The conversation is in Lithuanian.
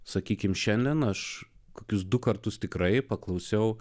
sakykime šiandien aš kokius du kartus tikrai paklausiau